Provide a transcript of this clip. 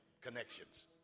connections